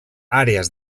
àrees